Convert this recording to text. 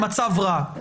המצב רע.